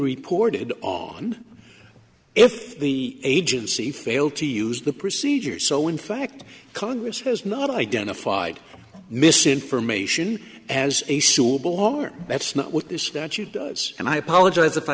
reported on if the agency failed to use the procedures so in fact congress has not identified misinformation as a softball or that's not what the statute does and i apologize if i